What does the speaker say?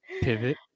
Pivot